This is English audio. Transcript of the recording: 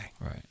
right